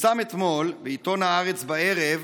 פורסם אתמול בעיתון הארץ בערב,